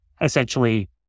Essentially